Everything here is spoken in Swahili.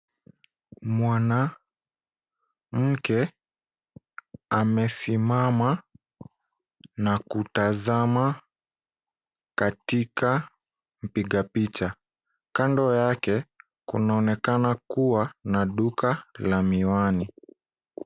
Mwanamke amesimama na kutazama katika mpiga picha. Kando yake kunaonekana kuwa na duka la miwani.